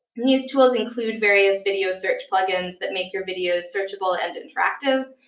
and these tools include various video search plugins that make your videos searchable and interactive,